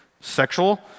sexual